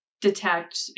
detect